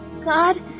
God